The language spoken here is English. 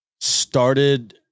started